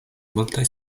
multaj